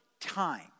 Time